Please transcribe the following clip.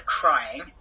crying